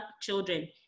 children